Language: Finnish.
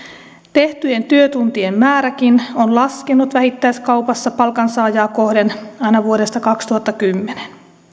tehtyjen työtuntien määräkin on laskenut vähittäiskaupassa palkansaajaa kohden aina vuodesta kaksituhattakymmenen